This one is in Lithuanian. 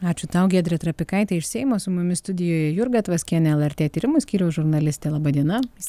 ačiū tau giedrė trapikaitė iš seimo su mumis studijoje jurga tvaskienė lrt tyrimų skyriaus žurnalistė laba diena